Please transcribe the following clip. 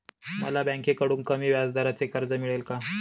मला बँकेकडून कमी व्याजदराचे कर्ज मिळेल का?